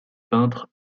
peintre